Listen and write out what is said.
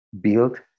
build